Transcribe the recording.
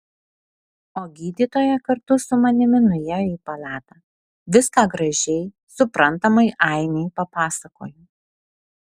o gydytoja kartu su manimi nuėjo į palatą viską gražiai suprantamai ainei papasakojo